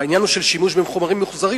העניין של שימוש בחומרים ממוחזרים,